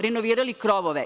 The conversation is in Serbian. Renovirali smo krovove.